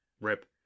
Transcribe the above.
Rip